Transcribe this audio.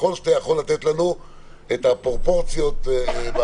ככל שאתה יכול להציג לנו את הפרופורציות בדברים